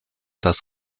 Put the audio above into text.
das